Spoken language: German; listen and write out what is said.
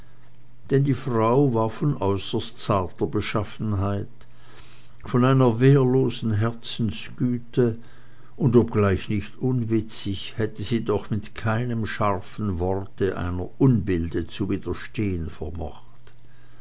denn die frau war von äußerst zarter beschaffenheit von einer wehrlosen herzensgüte und obgleich nicht unwitzig hätte sie doch mit keinem scharfen worte einer unbilde zu widerstehen vermocht